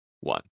one